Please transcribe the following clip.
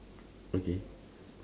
okay